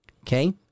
Okay